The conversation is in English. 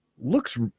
looks